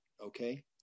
okay